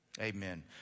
Amen